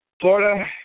Florida